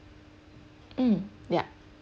mm yup